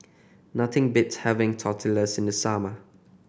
nothing beats having Tortillas in the summer